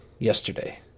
Yesterday